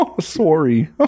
sorry